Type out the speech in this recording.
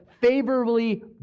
favorably